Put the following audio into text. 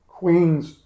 Queen's